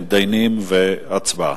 מתדיינים ולאחר מכן הצבעה.